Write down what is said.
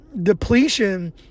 depletion